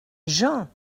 jean